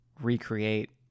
recreate